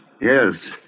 Yes